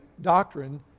doctrine